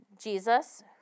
Jesus